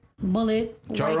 Bullet